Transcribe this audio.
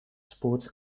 sports